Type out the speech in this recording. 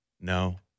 No